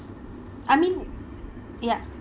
I mean ya